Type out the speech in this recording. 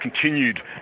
continued